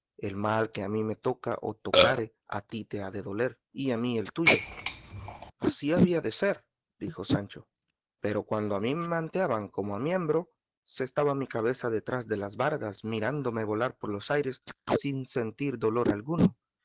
el mal que a mí me toca o tocare a ti te ha de doler y a mí el tuyo así había de ser dijo sancho pero cuando a mí me manteaban como a miembro se estaba mi cabeza detrás de las bardas mirándome volar por los aires sin sentir dolor alguno